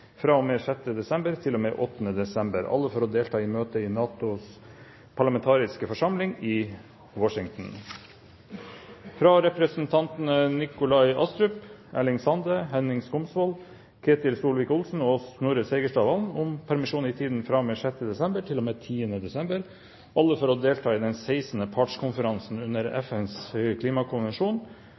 desember til og med 8. desember – alle for å delta i møter i NATOs parlamentariske forsamling i Washington fra representantene Nikolai Astrup, Erling Sande, Henning Skumsvoll, Ketil Solvik-Olsen og Snorre Serigstad Valen om permisjon i tiden fra og med 6. desember til og med 10. desember – alle for å delta i den 16. partskonferansen under FNs klimakonvensjon,